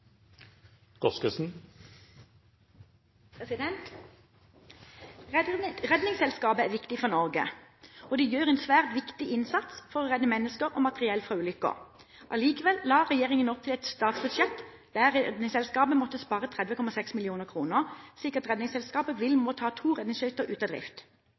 Redningsselskapet er viktig for Norge, og de gjør en svært viktig innsats for å redde mennesker og materiell fra ulykker. Allikevel la regjeringen opp til et statsbudsjett der Redningsselskapet måtte spare 30,6 mill. kr, slik at Redningsselskapet vil måtte ta to redningsskøyter ut av drift.